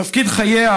את תפקיד חייה,